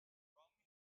worryingly